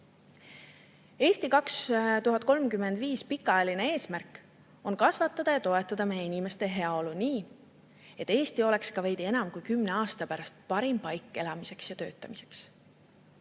"Eesti 2035" pikaajaline eesmärk on kasvatada ja toetada meie inimeste heaolu nii, et Eesti oleks ka veidi enam kui kümne aasta pärast parim paik elamiseks ja töötamiseks.